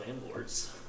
landlords